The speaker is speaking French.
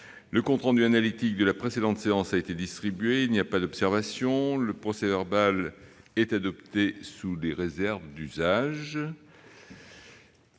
Le compte rendu analytique de la précédente séance a été distribué. Il n'y a pas d'observation ?... Le procès-verbal est adopté sous les réserves d'usage.